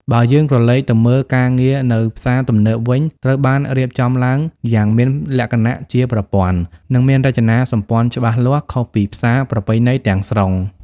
បើយើងក្រឡេកទៅមើល ការងារនៅផ្សារទំនើបវិញត្រូវបានរៀបចំឡើងយ៉ាងមានលក្ខណៈជាប្រព័ន្ធ និងមានរចនាសម្ព័ន្ធច្បាស់លាស់ ខុសពីផ្សារប្រពៃណីទាំងស្រុង។